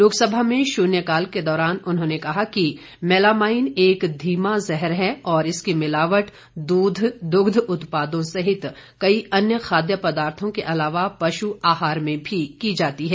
लोकसभा में शून्य काल के दौरान उन्होंने कहा कि मैलामाईन एक धीमा ज़हर है और इसकी मिलावट दूध दुग्ध उत्पादों सहित कई अन्य खाद्य पदार्थों के अलावा पशु आहार में भी की जाती है